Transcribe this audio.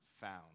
found